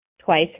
twice